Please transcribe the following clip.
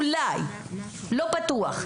אולי וגם זה לא בטוח.